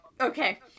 okay